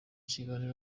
kiganiro